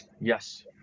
Yes